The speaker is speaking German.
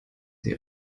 sie